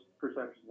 perceptions